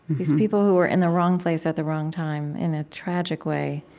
these people who were in the wrong place at the wrong time in a tragic way.